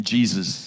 Jesus